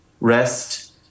rest